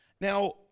Now